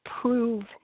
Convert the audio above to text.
prove